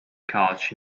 couch